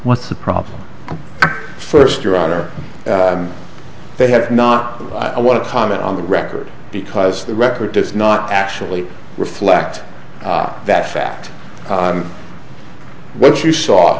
what's the problem first your honor they have not i want to comment on the record because the record does not actually reflect that fact what you saw